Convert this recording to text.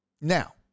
Now